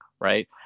right